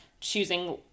choosing